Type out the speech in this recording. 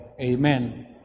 Amen